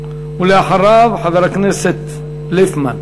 ואחריו, חבר הכנסת ליפמן.